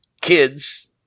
kids